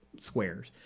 squares